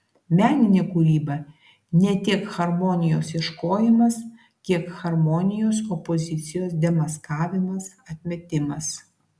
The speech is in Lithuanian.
meninė kūryba ne tiek harmonijos ieškojimas kiek harmonijos opozicijos demaskavimas atmetimas